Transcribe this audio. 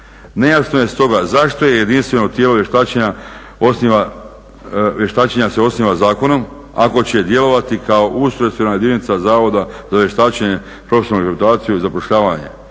Nejasno je stoga zašto je jedinstveno tijelo vještačenja se osniva zakonom, ako će djelovati kao ustrojstvena jedinica Zavoda za vještačenje, profesionalnu rehabilitaciju i zapošljavanje